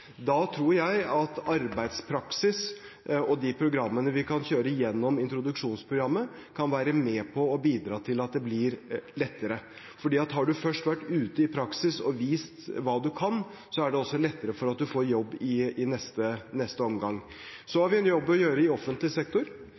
tror at arbeidspraksis og de programmene vi kan kjøre gjennom introduksjonsprogrammet, kan være med på å bidra til at det blir lettere. Har man først vært ute i praksis og vist hva man kan, er det også lettere å få jobb i neste omgang. Så har vi en jobb å gjøre i offentlig sektor.